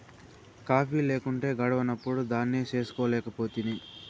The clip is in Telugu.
కాఫీ లేకుంటే గడవనప్పుడు దాన్నే చేసుకోలేకపోతివి